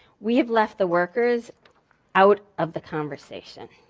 we have left the workers out of the conversation.